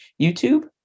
YouTube